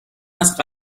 است